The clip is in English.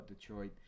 Detroit